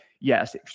yes